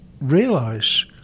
realise